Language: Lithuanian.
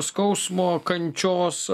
skausmo kančios